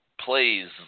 plays